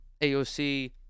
AOC